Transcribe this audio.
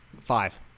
Five